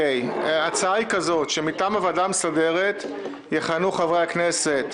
היא כזאת: מטעם הוועדה המסדרת יכהנו חברי הכנסת: